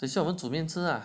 等一下我们煮面吃啦